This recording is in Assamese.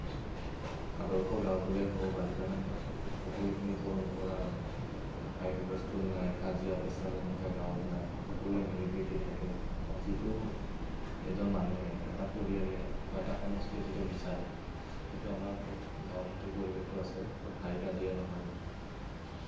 আদৰ্শ গাওঁ বুলিয়ে ক'ব পাৰি কাৰণ সকলোখিনি পৰম্পৰা হাই হুলস্থুল নাই কাজিয়া পেছাল এনেকুৱা গাৱঁত নাই সকলোৱে মিলি প্ৰীতি থাকে যিটো এজন মানুহে এটা পৰিয়ালে বা এটা সমষ্টিয়ে যিটো বিচাৰে সেইটো আমাৰ গাৱঁত সেইটো পৰিৱেশটো আছে য'ত হাই কাজিয়া নহয়